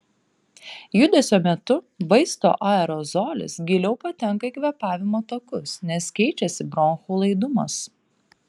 judesio metu vaisto aerozolis giliau patenka į kvėpavimo takus nes keičiasi bronchų laidumas